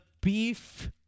beef